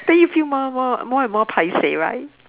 then you feel more and more more and more paiseh right